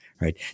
right